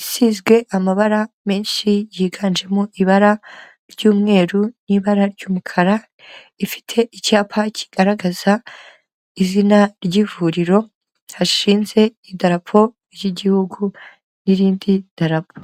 isizwe amabara menshi yiganjemo ibara ry'umweru n'ibara ry'umukara, rifite icyapa kigaragaza, izina ry'ivuriro hashinze idarapo ry'igihugu n'irindi darapo.